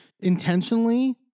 intentionally